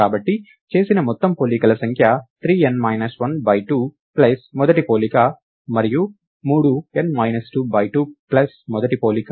కాబట్టి చేసిన మొత్తం పోలికల సంఖ్య 3n మైనస్ 1 బై 2 ప్లస్ మొదటి పోలిక మరియు 3 n మైనస్ 2 బై 2 ప్లస్ మొదటి పోలిక